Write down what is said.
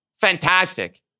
Fantastic